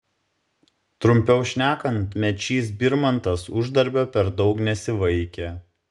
trumpiau šnekant mečys birmantas uždarbio per daug nesivaikė